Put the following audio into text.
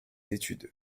études